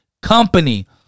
company